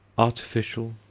artificial,